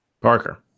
Parker